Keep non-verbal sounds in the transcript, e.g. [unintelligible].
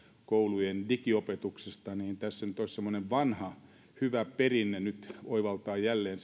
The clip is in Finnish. koulujen digiopetuksesta niin tässä olisi nyt semmoinen vanha hyvä perinne jonka käyttökelpoisuuden voisi oivaltaa jälleen [unintelligible]